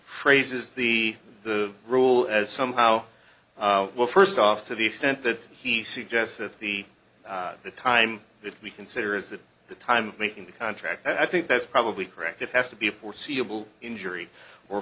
phrases the the rule as somehow well first off to the extent that he suggests that the the time that we consider is that the time making the contract i think that's probably correct it has to be foreseeable injury or